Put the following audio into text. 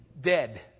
dead